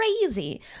crazy